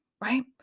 Right